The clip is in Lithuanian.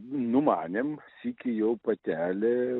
numanėm sykį jau patelė